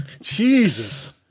Jesus